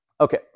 Okay